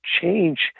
change